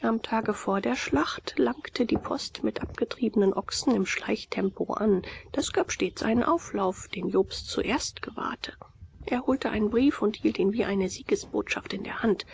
am tage vor der schlacht langte die post mit abgetriebenen ochsen im schleichtempo an das gab stets einen auflauf den jobst zuerst gewahrte er holte einen brief und hielt ihn wie eine siegesbotschaft in der hand